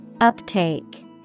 Uptake